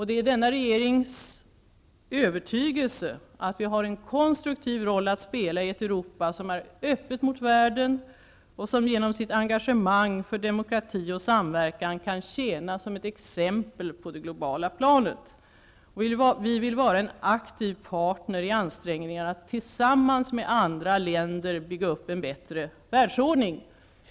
Det är denna regerings övertygelse att vi har en konstruktiv roll att spela i ett Europa, som är öppet mot världen och som genom sitt engagemang för demokrati och samverkan kan tjäna som ett exempel på det globala planet. Vi vill vara en aktiv partner i ansträngningarna att tillsammans med andra länder bygga upp en bättre världsordning.